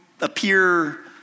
appear